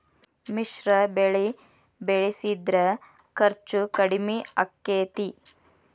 ಮಿಶ್ರ ಬೆಳಿ ಬೆಳಿಸಿದ್ರ ಖರ್ಚು ಕಡಮಿ ಆಕ್ಕೆತಿ?